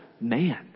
man